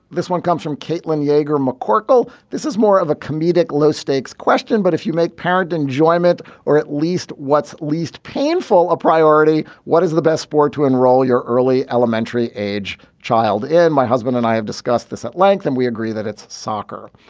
this one comes from caitlin yegor mccorkle. this is more of a comedic low stakes question but if you make parent enjoyment or at least what's least painful a priority what is the best sport to enroll your early elementary age child in my husband and i have discussed this at length and we agree that it's soccer.